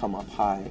come up high